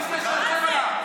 תעבור לפה, תדבר מפה.